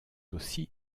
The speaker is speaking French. aussi